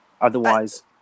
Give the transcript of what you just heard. Otherwise